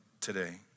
today